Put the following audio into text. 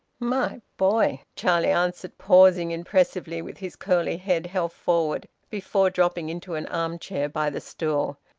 my boy, charlie answered, pausing impressively with his curly head held forward, before dropping into an arm-chair by the stool,